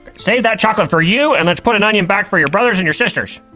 save that chocolate for you, and let's put an onion back for your brothers and your sisters.